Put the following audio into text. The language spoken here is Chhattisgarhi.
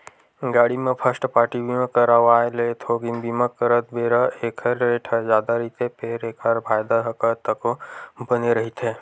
गाड़ी म फस्ट पारटी बीमा करवाय ले थोकिन बीमा करत बेरा ऐखर रेट ह जादा रहिथे फेर एखर फायदा ह तको बने रहिथे